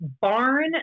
barn